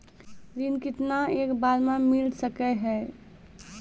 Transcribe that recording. ऋण केतना एक बार मैं मिल सके हेय?